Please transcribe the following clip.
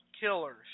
killers